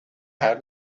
how